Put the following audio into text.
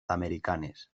americanes